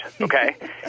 Okay